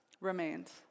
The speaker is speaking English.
Remains